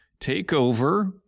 takeover